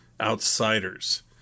outsiders